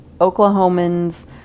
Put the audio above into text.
Oklahomans